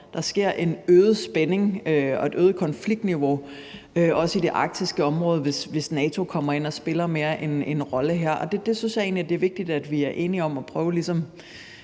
der bliver en øget spænding og et øget konfliktniveau også i det arktiske område, hvis NATO mere kommer ind og spiller en rolle her, og der synes jeg egentlig, det er vigtigt, at vi er enige om at prøve ligesom